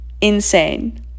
insane